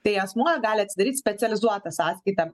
tai asmuo gali atsidaryt specializuotą sąskaitą